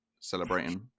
celebrating